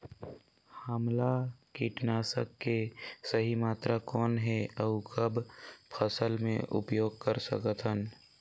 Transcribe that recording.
हमला कीटनाशक के सही मात्रा कौन हे अउ कब फसल मे उपयोग कर सकत हन?